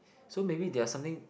so maybe there are something